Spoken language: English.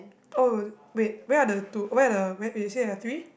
oh wait where are the two where are the where you said there are three